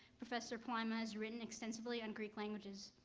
professor palaima has written extensively on greek languages.